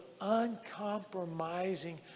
uncompromising